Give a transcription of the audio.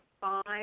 five